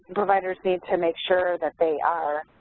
providers need to make sure that they are